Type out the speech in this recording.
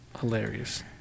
hilarious